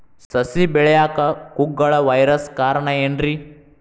ಸಸಿ ಬೆಳೆಯಾಕ ಕುಗ್ಗಳ ವೈರಸ್ ಕಾರಣ ಏನ್ರಿ?